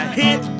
hit